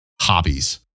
hobbies